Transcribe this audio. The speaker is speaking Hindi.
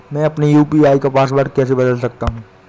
मैं अपने यू.पी.आई का पासवर्ड कैसे बदल सकता हूँ?